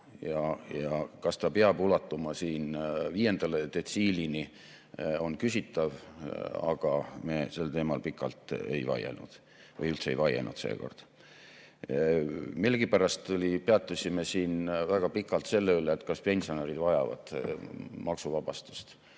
Kas ta peab ulatuma viienda detsiilini, on küsitav, aga me seekord sel teemal pikalt ei vaielnud või üldse ei vaielnud. Millegipärast peatusime siin väga pikalt sellel, kas pensionärid vajavad maksuvabastust.